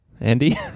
Andy